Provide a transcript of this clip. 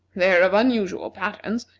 they are of unusual patterns,